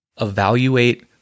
Evaluate